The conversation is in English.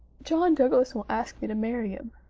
john douglas won't ask me to marry him.